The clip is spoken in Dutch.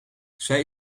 zij